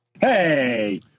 Hey